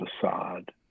facade